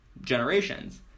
generations